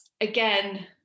again